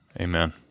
Amen